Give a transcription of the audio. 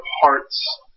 hearts